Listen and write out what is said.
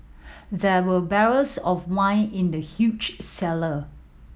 there were barrels of wine in the huge cellar